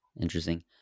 Interesting